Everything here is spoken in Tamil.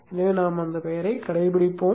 எனவே நாம் அந்தப் பெயரைக் கடைப்பிடிப்போம்